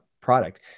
product